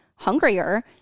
hungrier